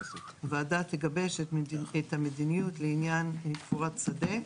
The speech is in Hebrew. הוועדה תגבש את המדיניות לעניין קבורת שדה,